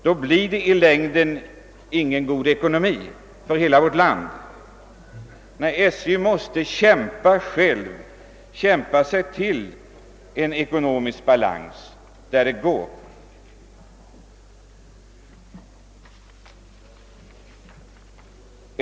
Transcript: Då blir det i längden en dålig ekonomi för hela vårt land. Statens järnvägar måste själva kämpa sig till en ekonomisk balans där en sådan kan uppnås.